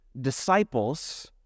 disciples